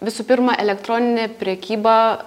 visų pirma elektroninė prekyba